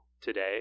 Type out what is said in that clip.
today